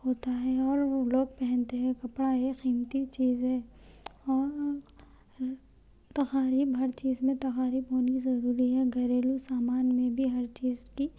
ہوتا ہے اور وہ لوگ پہنتے ہیں کپڑا ایک قیمتی چیز ہے اور تقاریب ہر چیز تقاریب ہونی ضروری ہے گھریلو سامان میں بھی ہر چیز کی